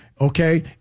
okay